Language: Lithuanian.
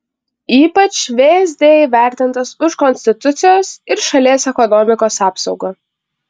ypač vsd įvertintas už konstitucijos ir šalies ekonomikos apsaugą